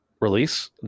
release